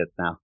now